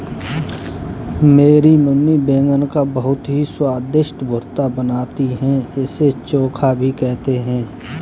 मेरी मम्मी बैगन का बहुत ही स्वादिष्ट भुर्ता बनाती है इसे चोखा भी कहते हैं